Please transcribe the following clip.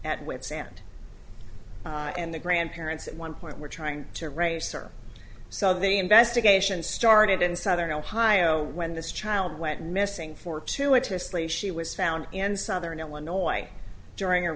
at with sand and the grandparents at one point were trying to race or so the investigation started in southern ohio when this child went missing fortuitously she was found in southern illinois during a